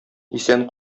исән